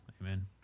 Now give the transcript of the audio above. Amen